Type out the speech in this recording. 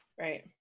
Right